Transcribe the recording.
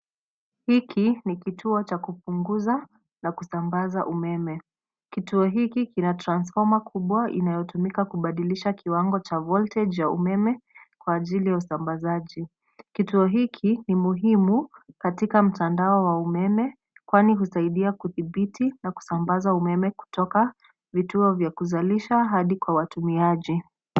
Hiki ni kituo cha kupunguza na kusambaza umeme. Kituo hiki kina transformer kubwa inayotumika kubadilisha kiwango cha voltage ya umeme kwa ajili ya usambazaji. Kutuo hiki ni muhimu katika mtandao wa umeme kwani husaidia kudhibiti na kusambaza umeme kutoka vituo vya kuzalisha hadi kwa watumiaji.